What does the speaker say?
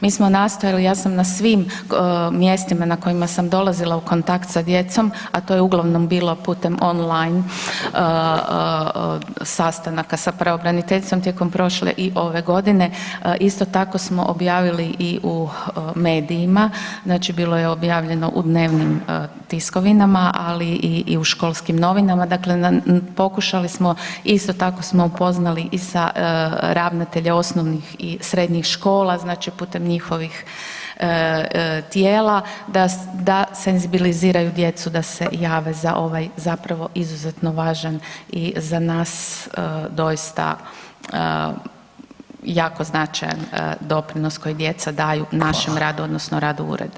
Mi smo nastojali, ja sam na svim mjestima na kojima sam dolazila u kontakt sa djecom, a to je uglavnom bilo putem online sastanaka sa pravobraniteljicom tijekom prošle i ove godine, isto tako smo objavili i u medijima, znači bilo je objavljeno u dnevnim tiskovinama, ali i u školskim novinama, dakle pokušali smo, isto tako smo upoznali i sa ravnatelja osnovnih i srednjih škola, znači putem njihovih tijela da senzibiliziraju djecu da se jave za ovaj, zapravo izuzetno važan i za nas doista jako značajan doprinos koji djeca daju našem radu odnosno radu Ureda.